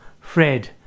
Fred